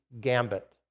gambit